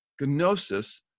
gnosis